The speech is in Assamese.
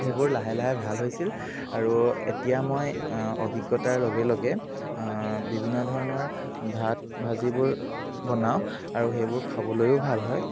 সেইবোৰ লাহে লাহে ভাল হৈছিল আৰু এতিয়া মই অভিজ্ঞতাৰ লগে লগে বিভিন্ন ধৰণৰ ভাত ভাজিবোৰ বনাওঁ আৰু সেইবোৰ খাবলৈয়ো ভাল হয়